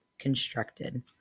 constructed